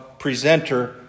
presenter